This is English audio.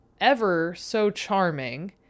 Ever-so-charming